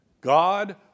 God